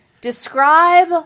Describe